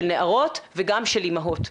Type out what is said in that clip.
של נערות וגם של אמהות,